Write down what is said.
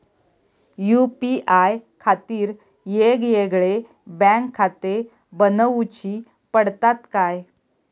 UPI खातीर येगयेगळे बँकखाते बनऊची पडतात काय?